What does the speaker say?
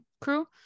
crew